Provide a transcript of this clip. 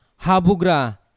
Habugra